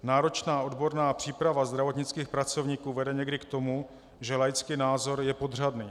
Náročná odborná příprava zdravotnických pracovníků vede někdy k tomu, že laický názor je podřadný.